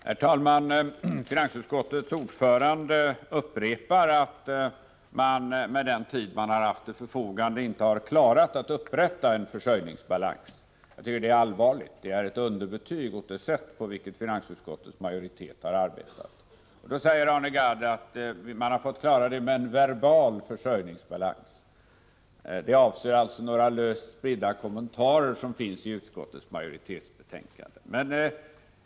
Herr talman! Finansutskottets ordförande upprepar att man med den tid som stått till förfogande inte har klarat att upprätta en försörjningsbalans. Jag tycker det är allvarligt. Det är ett underbetyg åt det sätt på vilket finansutskottets majoritet har arbetat. I det sammanhanget säger Arne Gadd också att det som anförts i finansutskottets skrivning får ses som en ”verbal försörjningsbalans”. Därmed avses några löst spridda kommentarer som finns i utskottets betänkande.